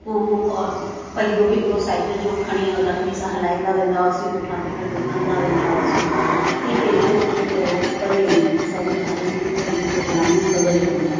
हू और पहियो हिकिड़ो साइकिल जो खणी ऐं लकड़ी सां हलाईंदा वेंदा हुआसीं पुठियां पुठियां ॾुकंदा वेंदा हुआसीं हीउ केतिरो थो ॿरे परे वञे असांजे ॿारनि खे त ही सभु रांदू ख़बर ई कोन आहिनि